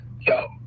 yo